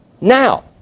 now